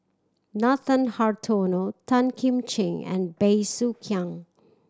Nathan Hartono Tan Kim Ching and Bey Soo Khiang